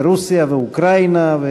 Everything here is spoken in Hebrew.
ברוסיה ובאוקראינה.